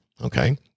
okay